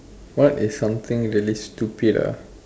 what is something really stupid ah